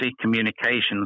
communications